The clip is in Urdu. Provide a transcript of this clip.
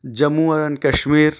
جموں اینڈ کشمیر